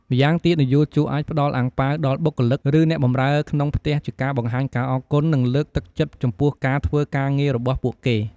ម្យ៉ាងទៀតនិយោជក អាចផ្ដល់អាំងប៉ាវដល់បុគ្គលិក ឬអ្នកបម្រើក្នុងផ្ទះជាការបង្ហាញការអរគុណ និងលើកទឹកចិត្តចំពោះការធ្វើការងាររបស់ពួកគេ។